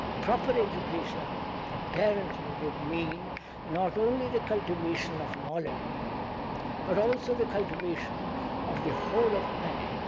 proper education apparently would mean not only the cultivation of knowledge but also the cultivation of the whole of man.